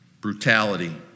brutality